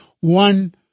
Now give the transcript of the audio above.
one